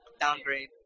downgrade